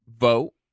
vote